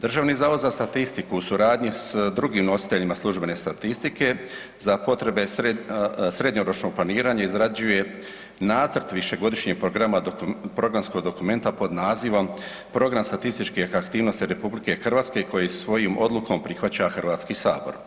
Državni zavod za statistiku u suradnji s drugim nositeljima službene statistike za potrebe srednjoročnog planiranja izrađuje nacrt višegodišnjeg programa, programskog dokumenta pod nazivom „Program statističkih aktivnosti RH“ koji svojom odlukom prihvaća Hrvatski sabor.